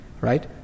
Right